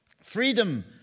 Freedom